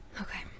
Okay